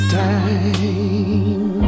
time